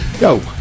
Yo